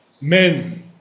Men